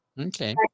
Okay